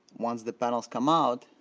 once the panel's come out,